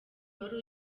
wari